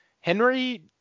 Henry